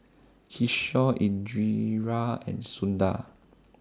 Kishore Indira and Sundar